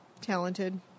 talented